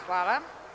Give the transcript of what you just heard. Hvala.